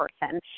person